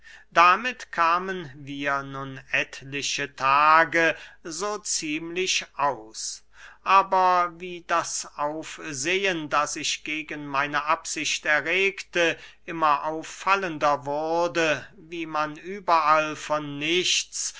damit kamen wir nun etliche tage so ziemlich aus aber wie das aufsehen das ich gegen meine absicht erregte immer auffallender wurde wie man überall von nichts